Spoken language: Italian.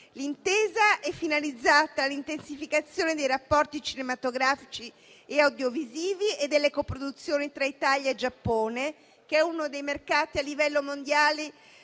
L'intesa è finalizzata all'intensificazione dei rapporti cinematografici e audiovisivi e delle coproduzioni tra Italia e Giappone, che è uno dei mercati a livello mondiale